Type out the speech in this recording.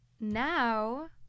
now